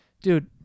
Dude